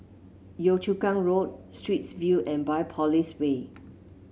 Yio Chu Kang Road Straits View and Biopolis Way